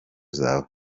zawe